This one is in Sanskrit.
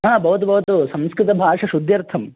भवतु भवतु संस्कृतभाषा शुद्ध्यर्थं